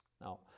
Now